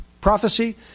prophecy